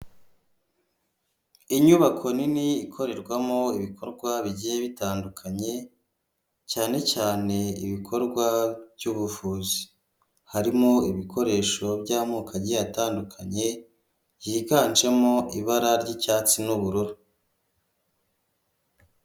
Inyubako nini ikorerwamo ibikorwa bigiye bitandukanye, cyane cyane ibikorwa by'ubuvuzi, harimo ibikoresho by'amoko agiye atandukanye, byiganjemo ibara ry'icyatsi n'ubururu.